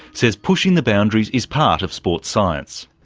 says pushing the boundaries is part of sports science.